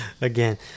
again